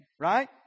right